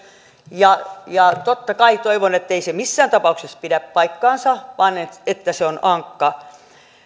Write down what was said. ja ja totta kai toivon ettei se missään tapauksessa pidä paikkaansa vaan että se on ankka